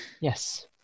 Yes